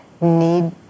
need